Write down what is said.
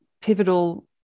pivotal